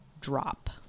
drop